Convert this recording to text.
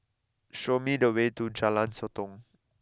show me the way to Jalan Sotong